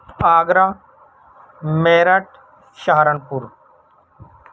Agra Meerut Saharanpur